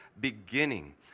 beginning